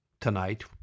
tonight